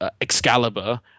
Excalibur